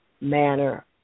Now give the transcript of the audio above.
manner